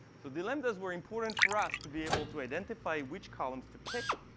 so the lambdas were important for us to be able to identify which columns to pick.